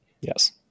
yes